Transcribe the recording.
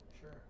Sure